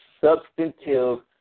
substantive